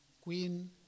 Queen